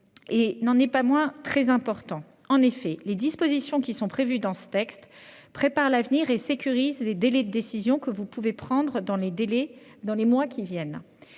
n'en est pas moins très important. En effet, les dispositions prévues préparent l'avenir et sécurisent les délais des décisions que vous pouvez prendre dans les mois qui viennent.